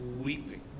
weeping